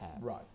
Right